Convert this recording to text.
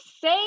say